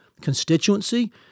constituency